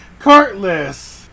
cartless